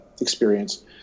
experience